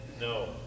No